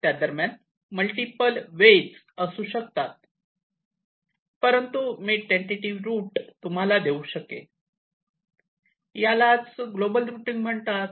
त्या दरम्यान multiple ways असू शकतात परंतु मी टेंटेटिव्ह रुट तुम्हाला देऊ शकेल यालाच ग्लोबल रुटींग म्हणतात